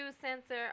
sensor